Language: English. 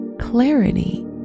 clarity